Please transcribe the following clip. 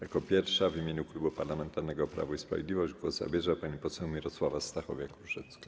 Jako pierwsza w imieniu Klubu Parlamentarnego Prawo i Sprawiedliwość głos zabierze pani poseł Mirosława Stachowiak-Różecka.